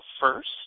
first